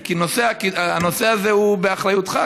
כי הנושא הזה הוא באחריותך,